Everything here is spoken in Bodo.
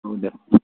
औ दे